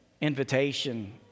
invitation